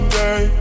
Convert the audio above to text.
day